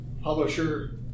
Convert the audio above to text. publisher